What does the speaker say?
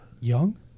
young